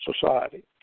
society